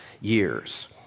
years